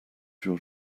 your